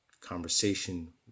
conversation